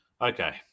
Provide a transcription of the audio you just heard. Okay